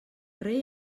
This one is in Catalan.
rei